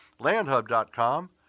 landhub.com